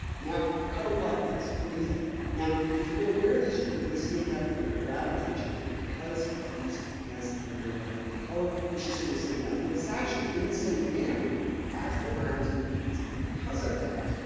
now, a color like this, what do you think? now, if you're going to wear this, you're going to stand out you're going to grab attention because of these pants that you're wearing right here, the color is just going to stand ou. but, it's actually in the same family as the browns and the tans and because of that guys,